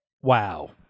wow